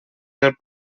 del